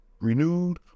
renewed